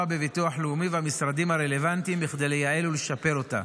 בביטוח לאומי ובמשרדים הרלוונטיים כדי לייעל ולשפר אותה.